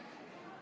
תודה רבה.